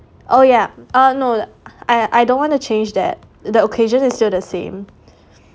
oh yeah uh no I I don't want to change that the occasion is still the same